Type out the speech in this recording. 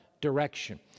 direction